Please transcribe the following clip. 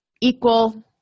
equal